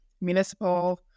municipal